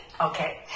Okay